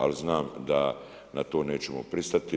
Ali znam da na to nećemo pristati.